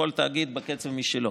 כל תאגיד בקצב משלו.